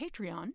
patreon